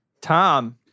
Tom